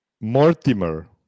Mortimer